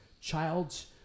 child's